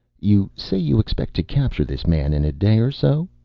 you say you expect to capture this man in a day or so?